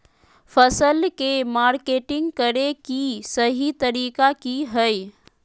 फसल के मार्केटिंग करें कि सही तरीका की हय?